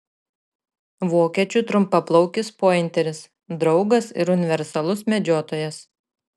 vokiečių trumpaplaukis pointeris draugas ir universalus medžiotojas